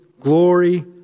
glory